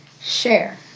share